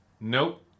Nope